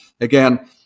Again